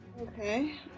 Okay